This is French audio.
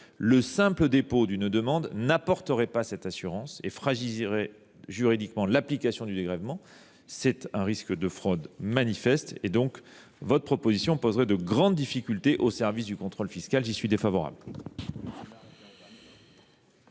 Le simple dépôt d’une demande n’apporterait pas cette assurance et fragiliserait juridiquement l’application du dégrèvement. Il existe un risque de fraude manifeste. La disposition que vous proposez poserait de grandes difficultés au service du contrôle fiscal. J’y suis donc défavorable.